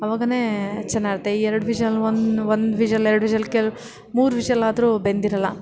ಆವಾಗಲೇ ಚೆನ್ನಾಗಿರುತ್ತೆ ಈ ಎರಡು ವಿಶಲ್ ಒಂದು ಒಂದು ವಿಶಲ್ ಎರಡು ವಿಶಲ್ಗೆಲ್ಲ ಮೂರು ವಿಶಲ್ಲಾದ್ರೂ ಬೆಂದಿರೋಲ್ಲ